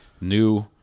new